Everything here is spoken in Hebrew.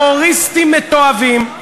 חיות דו-רגליות, טרוריסטים מתועבים, לך